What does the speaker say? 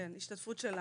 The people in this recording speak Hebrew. כן, השתתפות שלנו.